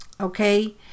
Okay